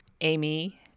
Amy